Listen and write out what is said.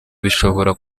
bishobora